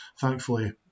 Thankfully